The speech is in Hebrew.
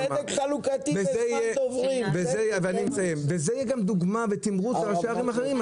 וזה יהיה גם דוגמה ותמרוץ לראשי ערים אחרים.